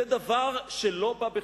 זה דבר שלא בא בחשבון.